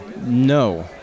No